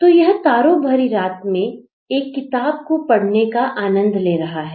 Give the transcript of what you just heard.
तो यह तारों भरी रात में एक किताब को पढ़ने का आनंद ले रहा है